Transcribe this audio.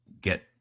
get